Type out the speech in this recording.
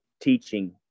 teaching